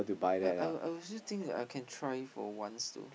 ya I I was just think that I can try for once too